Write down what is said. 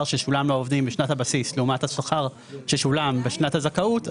ששולם לעובדים בשנת הבסיס לעומת השכר ששולם בשנת הזכאות,